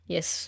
Yes